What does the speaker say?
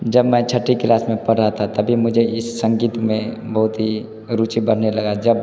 जब मैं छठी क्लास में पढ़ रहा था तभी मुझे इस संगीत में बहुत ही रुचि बनने लगा जब